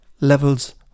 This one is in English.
levels